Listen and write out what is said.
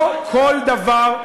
לא כל דבר,